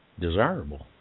desirable